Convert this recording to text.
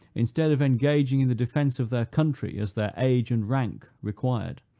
instead of engaging in the defence of their country, as their age and rank required,